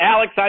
Alex